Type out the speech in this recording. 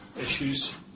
issues